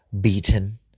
beaten